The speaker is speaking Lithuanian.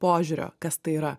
požiūrio kas tai yra